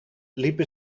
liepen